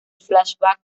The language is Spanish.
flashback